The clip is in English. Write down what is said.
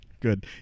Good